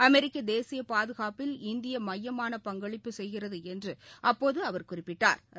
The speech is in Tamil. அமெிக்க தேசிய பாதுகாப்பில் இந்தியா மையமான பங்களிப்பு செய்கிறது என்று அப்போது அவர் குறிப்பிட்டா்